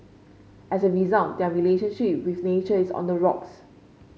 as a result their relationship with nature is on the rocks